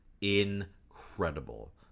incredible